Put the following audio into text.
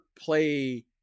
play